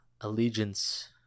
allegiance